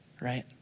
right